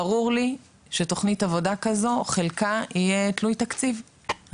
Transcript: ברור לי שתכנית עבודה כזו חלקה יהיה תלוי תקציב,